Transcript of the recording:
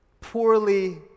poorly